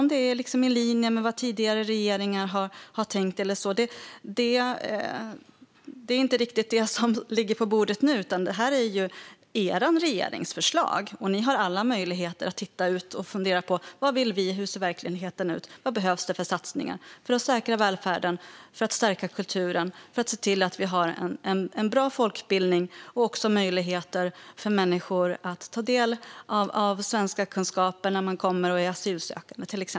Om det är i linje med vad tidigare regeringar har tänkt har inte med det som ligger på bordet nu att göra. Det här är er regerings förslag. Ni har alla möjligheter att titta ut och fundera på vad ni vill och på hur verkligheten ser ut. Ni kan fundera på vilka satsningar som behövs för att säkra välfärden, för att stärka kulturen och för att se till att vi har bra folkbildning och möjligheter för människor att ta del av utbildning i svenska, till exempel när man är asylsökande.